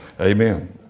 Amen